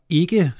ikke